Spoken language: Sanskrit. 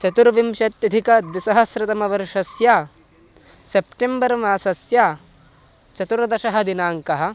चतुर्विंशत्यधिकद्विसहस्रतमवर्षस्य सेप्टेम्बर् मासस्य चतुर्दशः दिनाङ्कः